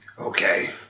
okay